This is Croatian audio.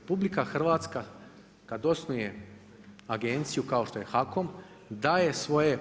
RH kad osnuje agenciju kao što je HAKOM daje svoj